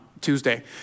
Tuesday